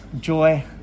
joy